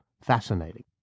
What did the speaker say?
fascinating